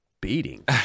beating